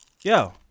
Yo